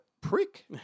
prick